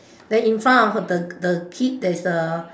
then in front of the the kid there is a